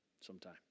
sometime